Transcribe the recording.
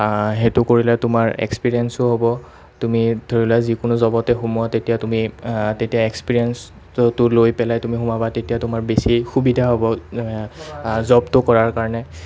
সেইটো কৰিলে তোমাৰ এক্সপিৰিয়েঞ্চো হ'ব তুমি ধৰি লোৱা যিকোনো জবতে সোমোৱা তেতিয়া তুমি তেতিয়া এক্সপিৰিয়েঞ্চটো লৈ পেলাই তুমি সোমাবা তেতিয়া তোমাৰ বেছি সুবিধা হ'ব জবটো কৰাৰ কাৰণে